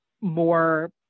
more